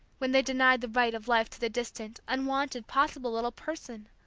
when they denied the right of life to the distant, unwanted, possible little person!